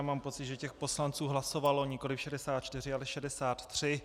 Mám pocit, že těch poslanců hlasovalo nikoliv 64, ale 63.